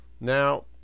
Now